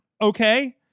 Okay